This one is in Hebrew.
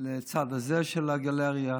לצד הזה של הגלריה,